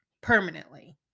permanently